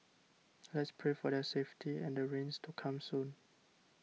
let's pray for their safety and the rains to come soon